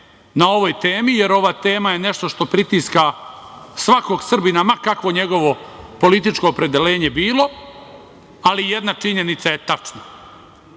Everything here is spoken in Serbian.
na ovoj temi, jer ova tema je nešto što pritiska svakog Srbina, ma kakvo njegovo političko opredeljenje bilo, ali jedna činjenica je tačna.